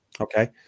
Okay